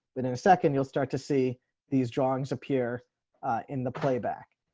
but in a second, you'll start to see these drawings appear in the playback.